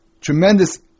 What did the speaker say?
tremendous